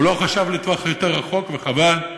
הוא לא חשב לטווח יותר רחוק, וחבל.